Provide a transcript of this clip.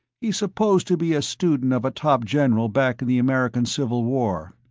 he's supposed to be a student of a top general back in the american civil war.